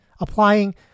applying